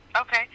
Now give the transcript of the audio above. Okay